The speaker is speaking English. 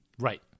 Right